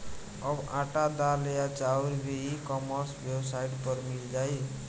अब आटा, दाल या चाउर भी ई कॉमर्स वेबसाइट पर मिल जाइ